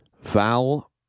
Val